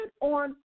on